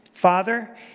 Father